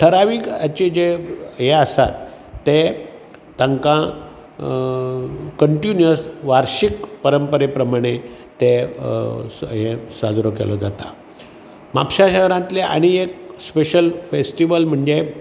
ठरावीक हेची जे हे आसात ते तांकां कण्टिन्युअस वार्शीक परंपरे प्रमाणें ते हे साजरो केल्लो जाता म्हापशां हेरांतले आनी एक स्पॅशल फेस्टिवल म्हणजे